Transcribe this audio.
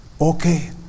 Okay